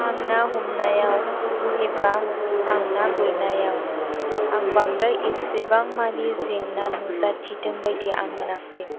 आं ना हमनायाव एबा आं ना गुरनायाव आं बांद्राय एसेबां मानि जेंना नुजाथिदों बादि आं मोनाखै